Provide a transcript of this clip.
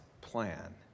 plan